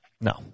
No